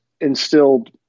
instilled